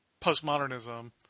postmodernism